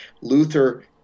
Luther